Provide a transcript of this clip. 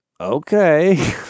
Okay